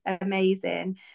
amazing